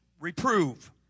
reprove